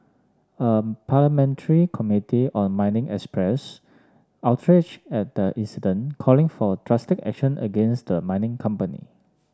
a parliamentary committee on mining expressed outrage at the incident calling for drastic action against the mining company